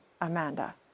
Amanda